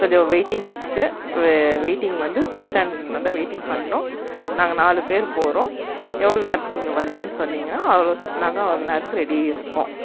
கொஞ்சம் waiting list waiting வந்து bus stand வந்து வெயிட்டிங் பண்ணணும் நாங்கள் நாலு பேர் போகிறோம் எவ்வளோ நேரத்துக்கு நீங்கள் வரீங்கன்னு சொன்னிங்கனா அவ்வளோ நாங்கள் நேரத்துக்கு ரெடியாக இருப்போம்